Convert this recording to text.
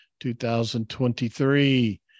2023